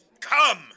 Come